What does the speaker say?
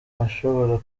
bashobora